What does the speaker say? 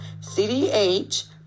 CDH